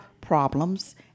problems